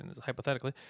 hypothetically